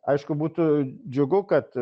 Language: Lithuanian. aišku būtų džiugu kad